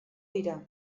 dira